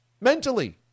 mentally